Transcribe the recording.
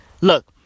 look